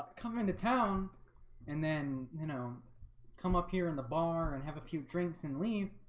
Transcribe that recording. come into town and then know come up here in the bar and have a few drinks and leave